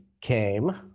came